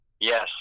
Yes